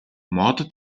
мод